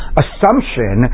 assumption